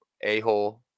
a-hole